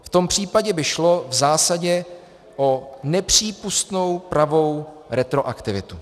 V tom případě by šlo v zásadě o nepřípustnou pravou retroaktivitu.